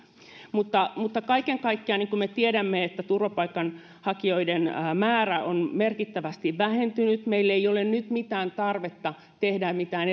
mutta mutta kaiken kaikkiaan niin kuin me tiedämme turvapaikanhakijoiden määrä on merkittävästi vähentynyt meillä ei ole nyt mitään tarvetta tehdä mitään